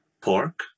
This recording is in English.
pork